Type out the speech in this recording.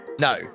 No